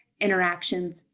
interactions